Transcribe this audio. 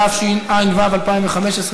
התשע"ו 2015,